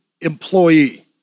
employee